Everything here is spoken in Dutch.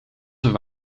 zijn